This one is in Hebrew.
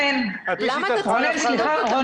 למה אתה צריך לבדוק אותם?